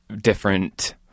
different